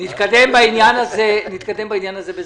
נקדם בעניין הזה בזהירות.